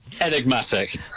Enigmatic